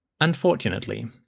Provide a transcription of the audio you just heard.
Unfortunately